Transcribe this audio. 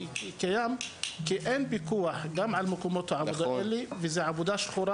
כי אין פיקוח על מקומות העבודה האלה כי זו עבודה שחורה.